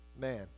Man